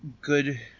good